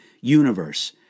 universe